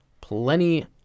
plenty